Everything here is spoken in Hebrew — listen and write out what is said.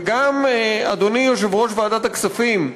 וגם לאדוני יושב-ראש ועדת הכספים,